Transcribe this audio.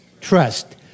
Trust